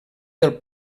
del